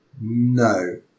No